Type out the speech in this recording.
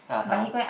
(uh huh)